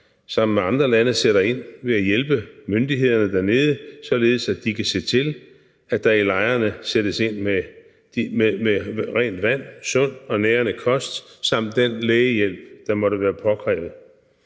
sammen med andre lande sætter ind ved at hjælpe myndighederne dernede, således at de kan se til, at der i lejrene sættes ind med rent vand, sund og nærende kost samt den lægehjælp, der måtte være påkrævet.